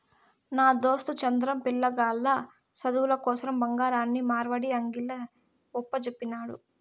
నా దోస్తు చంద్రం, పిలగాల్ల సదువుల కోసరం బంగారాన్ని మార్వడీ అంగిల్ల ఒప్పజెప్పినాడు